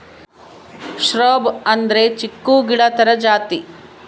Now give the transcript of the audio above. shrub ಅಂದ್ರೆ ಚಿಕ್ಕು ಗಿಡ ತರ ಜಾತಿ